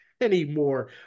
anymore